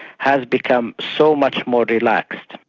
has become so much more relaxed,